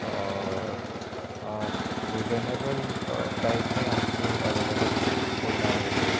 اور آپ reasonable price میں آپ کو اولیبل ہوتا ہے یہ